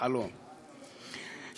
בחלום,